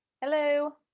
hello